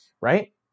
right